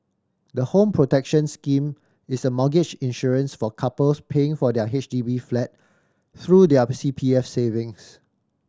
the Home Protection Scheme is a mortgage insurance for couples paying for their H D B flat through their C P F savings